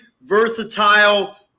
versatile